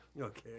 okay